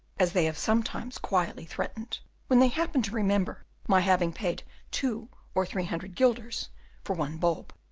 as they have sometimes quietly threatened when they happened to remember my having paid two or three hundred guilders for one bulb.